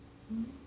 hmm